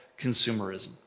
consumerism